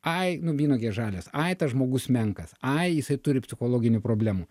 ai nu vynuogės žalios ai tas žmogus menkas ai jisai turi psichologinių problemų